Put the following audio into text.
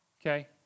Okay